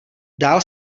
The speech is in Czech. dál